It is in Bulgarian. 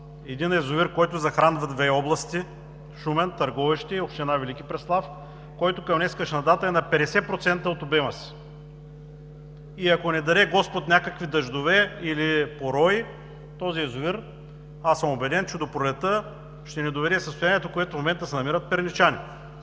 един язовир, който захранва две области – Шумен, Търговище и община Велики Преслав, който към днешна дата е на 50% от обема си и, ако не даде Господ някакви дъждове или порои на този язовир, аз съм убеден, че до пролетта ще ни доведе до състоянието, в което в момента се намират перничани.